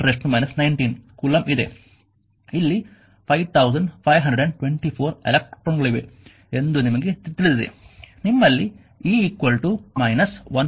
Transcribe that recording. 602 10 −19 coulomb ಇದೆ ಇಲ್ಲಿ 5524 ಎಲೆಕ್ಟ್ರಾನ್ಗಳಿವೆ ಎಂದು ನಿಮಗೆ ತಿಳಿದಿದೆ ನಿಮ್ಮಲ್ಲಿ e −1